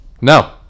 No